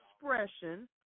expression